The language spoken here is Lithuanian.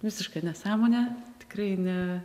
visiška nesąmonė tikrai ne